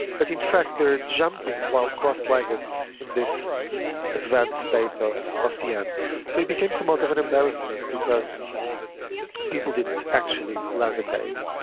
but in fact they're jumping while cross legged in this advanced state of of tm. so it became somewhat of an embarrassment because people didn't actually levitate.